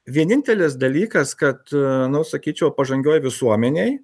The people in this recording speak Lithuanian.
vienintelis dalykas kad a nu sakyčiau pažangioj visuomenėj